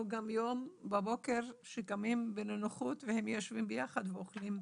גם יום בבוקר שקמים בנינוחות והם יושבים ביחד ואוכלים ביחד.